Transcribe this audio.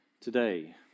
today